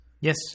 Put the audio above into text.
Yes